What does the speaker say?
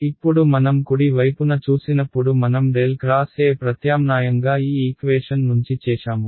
ఇప్పుడు మనం కుడి వైపున చూసినప్పుడు మనం ∇ X E ప్రత్యామ్నాయంగా ఈ ఈక్వేషన్ నుంచి చేశాము